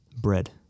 bread